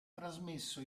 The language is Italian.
trasmesso